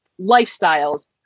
lifestyles